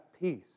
peace